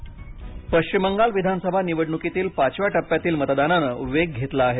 बंगाल पश्चिम बंगालमध्ये विधानसभा निवडणुकीतील पाचव्या टप्प्यातील मतदानाने वेग घेतला आहे